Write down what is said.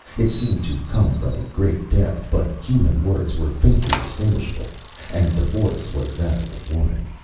it seemed to come from a great depth, but human words were faintly distinguishable and the voice was that of a woman.